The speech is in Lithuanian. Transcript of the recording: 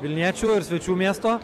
vilniečių ir svečių miesto